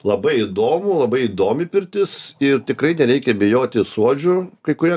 labai įdomu labai įdomi pirtis ir tikrai nereikia bijoti suodžių kai kurie